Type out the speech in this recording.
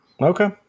Okay